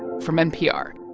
from npr.